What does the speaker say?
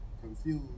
confused